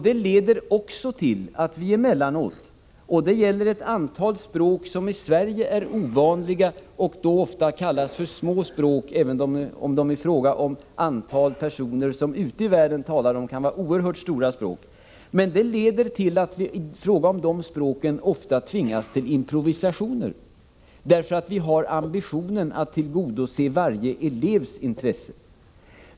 Det leder också till att vi emellanåt — det gäller en del språk som i Sverige är ovanliga och ofta kallas för små språk, även om de i fråga om antal personer som ute i världen talar dem kan vara oerhört stora språk — tvingas till improvisationer därför att vi har ambitionen att tillgodose varje elevs intresse.